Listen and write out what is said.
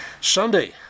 Sunday